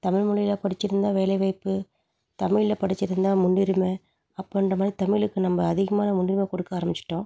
தமிழ் மொழில படிச்சுருந்தா வேலை வாய்ப்பு தமிழ்ல படிச்சுருந்தா முன்னுரிமை அப்படின்ற மாதிரி தமிழுக்கு நம்ம அதிகமான முன்னுரிமை கொடுக்க ஆரம்பிச்சுட்டோம்